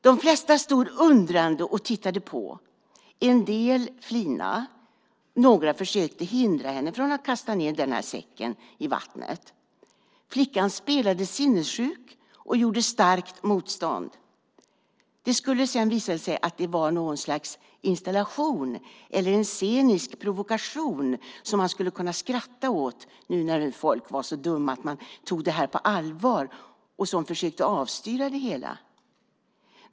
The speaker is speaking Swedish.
De flesta stod undrande och tittade på: En del flinade. Några försökte hindra henne från att kasta ned säcken i vattnet. Flickan spelade sinnessjuk och gjorde starkt motstånd. Det skulle sedan visa sig att det var något slags installation eller en scenisk provokation som man skulle kunna skratta åt när nu folk var så dumma att de tog detta på allvar och försökte avstyra det hela.